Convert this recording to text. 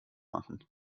machen